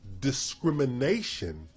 discrimination